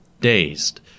Dazed